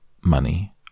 money